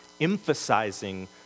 emphasizing